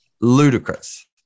ludicrous